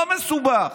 לא מסובך.